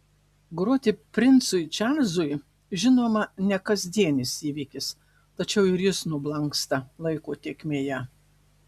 groti princui čarlzui žinoma ne kasdienis įvykis tačiau ir jis nublanksta laiko tėkmėje